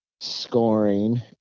scoring